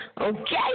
Okay